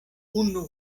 unu